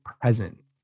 present